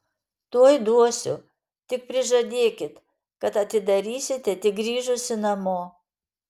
tuoj duosiu tik prižadėkit kad atidarysite tik grįžusi namo